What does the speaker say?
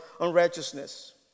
unrighteousness